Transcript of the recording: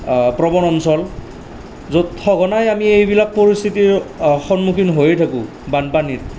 প্ৰৱণ অঞ্চল য'ত সঘনাই আমি এইবিলাক পৰিস্থিতিৰ সন্মুখীন হৈয়ে থাকোঁ বানপানীৰ